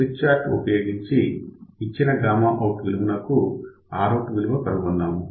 Smith chart ఉపయోగించి ఇచ్చిన gamma out విలువకు Rout విలువ కనుగొన్నాము